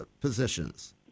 positions